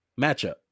matchup